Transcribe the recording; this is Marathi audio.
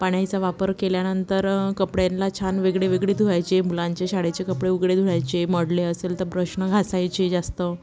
पाण्याचा वापर केल्यानंतर कपड्यांला छान वेगळे वेगळे धुवायचे मुलांचे शाळेचे कपडे उगडे धुवायचे मळले असेल तर ब्रशने घासायचे जास्त